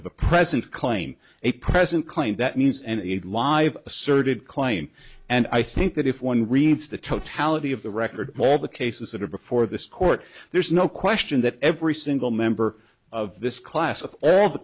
of a present claim a present claim that means and live asserted claim and i think that if one reads the totality of the record all the cases that are before this court there's no question that every single member of this class of all the